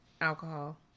alcohol